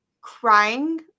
crying